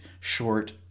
short